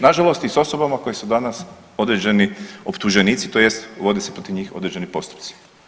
Nažalost i s osobama koje su danas određeni optuženici tj. vode se protiv njih određeni postupci.